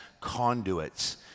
conduits